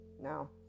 now